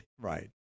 Right